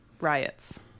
riots